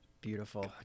Beautiful